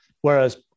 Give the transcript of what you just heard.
Whereas